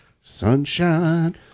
Sunshine